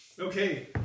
Okay